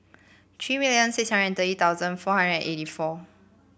three million six hundred and thirty four thousand hundred and eighty four